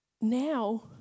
now